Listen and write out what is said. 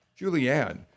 Julianne